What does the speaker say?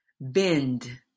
bend